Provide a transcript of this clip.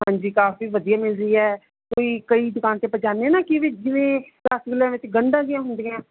ਹਾਂਜੀ ਕਾਫੀ ਵਧੀਆ ਮਿਲਦੀ ਹੈ ਕੋਈ ਕਈ ਦੁਕਾਨ 'ਤੇ ਆਪਾਂ ਜਾਂਦੇ ਹਾਂ ਨਾ ਕਿ ਵੀ ਜਿਵੇਂ ਰਸਗੁੱਲਿਆਂ ਵਿੱਚ ਗੰਢਾਂ ਜਿਹੀਆਂ ਹੁੰਦੀਆਂ